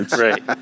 Right